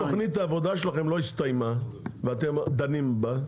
כיוון שתוכנית העבודה שלכם לא הסתיימה ואתם דנים בה,